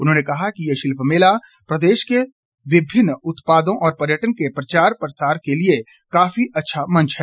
उन्होंने कहा कि ये शिल्प मेला प्रदेश के विभिन्न उत्पादों और पर्यटन के प्रचार प्रसार के लिए काफी अच्छा मंच है